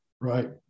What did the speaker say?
Right